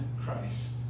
Christ